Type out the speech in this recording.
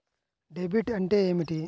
Debit అంటే ఏమిటి?